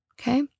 okay